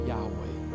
Yahweh